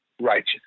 righteous